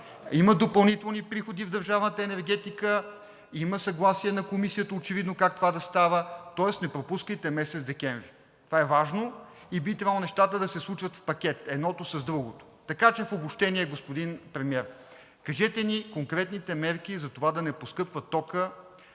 има допълнителни приходи в държавната енергетика, има съгласие на Комисията, очевидно е това как да става, тоест не пропускайте месец декември. Това е важно и би трябвало нещата да се случват в пакет – едното с другото. Така че в обобщение, господин Премиер, кажете ни конкретните мерки за това да не поскъпва токът